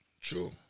True